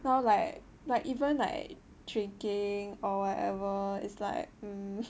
now like like even like drinking or whatever is like um